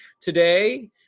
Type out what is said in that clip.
today